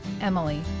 Emily